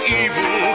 evil